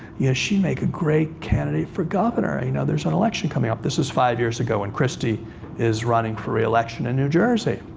yeah she'd make a great candidate for governor. you know, there's an election coming up. this is five years ago, when christie is running for reelection in new jersey.